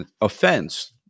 offense